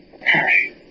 Harry